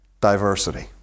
diversity